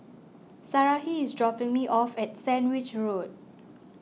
Sarahi is dropping me off at Sandwich Road